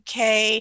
UK